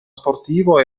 sportivo